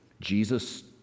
Jesus